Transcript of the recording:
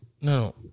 No